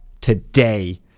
today